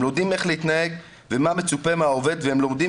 הם לומדים איך להתנהג ומה מצופה מהעובד והם לומדים